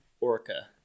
orca